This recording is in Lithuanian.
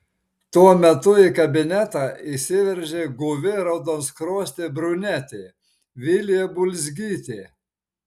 tuo metu į kabinetą įsiveržė guvi raudonskruostė brunetė vilija bulzgytė